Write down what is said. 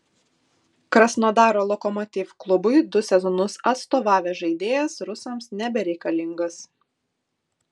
krasnodaro lokomotiv klubui du sezonus atstovavęs žaidėjas rusams nebereikalingas